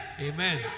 Amen